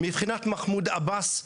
מבחינת מחמוד עבאס,